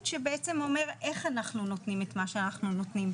שבעצם אומר איך אנחנו נותנים את מה שאנחנו נותנים,